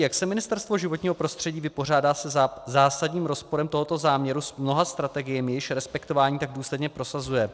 Jak se Ministerstvo životního prostředí vypořádá se zásadním rozporem tohoto záměru s mnoha strategiemi, jejichž respektování tak důsledně prosazuje?